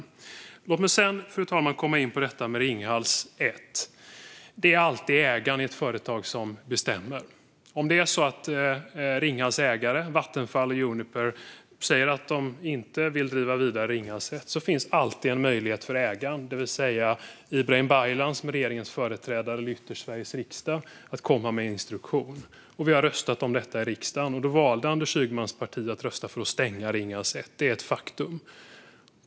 Fru talman! Låt mig sedan komma in på Ringhals 1. Det är alltid ägaren som bestämmer i ett företag. Om Ringhals ägare Vattenfall och Uniper säger att de inte vill driva vidare Ringhals 1 finns det alltid en möjlighet för ägaren, det vill säga Ibrahim Baylan, som är regeringens företrädare och lyfter detta i Sveriges riksdag, att komma med instruktion. Vi har röstat om det här i riksdagen, och då valde Anders Ygemans parti att rösta för att stänga Ringhals 1. Det är ett faktum.